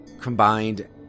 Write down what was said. combined